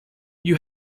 you